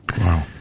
Wow